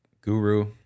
guru